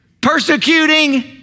Persecuting